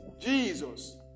Jesus